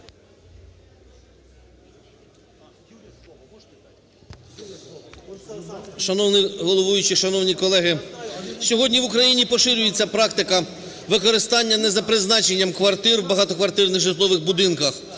Шановний головуючий, шановні колеги, сьогодні в Україні поширюється практика використання не за призначенням квартир в багатоквартирних житлових будинках,